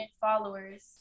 followers